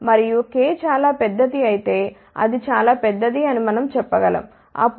మరియు k చాలా పెద్దది అయితే అది చాలా పెద్దది అని మనం చెప్పగలం అప్పుడు k2 1